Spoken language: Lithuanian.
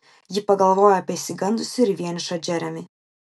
ji pagalvojo apie išsigandusį ir vienišą džeremį